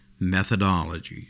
methodologies